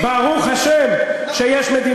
אנחנו יכולים,